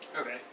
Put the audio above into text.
Okay